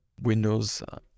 Windows